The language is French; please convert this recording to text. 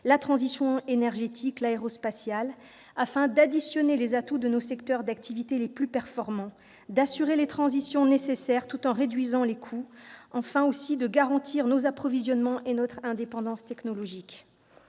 la transition énergétique, l'aérospatiale, afin d'additionner les atouts de nos secteurs d'activité les plus performants, d'assurer les nécessaires transitions tout en réduisant les coûts, et aussi de garantir nos approvisionnements et notre indépendance technologique.